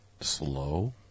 slow